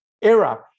era